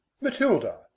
Matilda